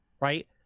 right